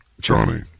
Johnny